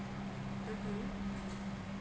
mm